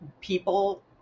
people